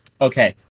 Okay